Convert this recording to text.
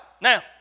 Now